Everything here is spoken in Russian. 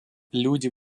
люди